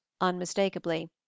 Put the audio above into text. unmistakably